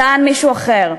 טען מישהו אחר.